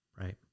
Right